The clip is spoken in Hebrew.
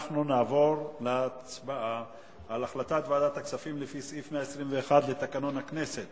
אנחנו נעבור להצבעה על החלטת ועדת הכספים לפי סעיף 121 לתקנון הכנסת